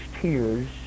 tears